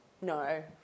no